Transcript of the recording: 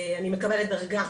אני מקבלת דרגה